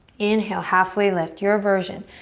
inhale, halfway lift, your version.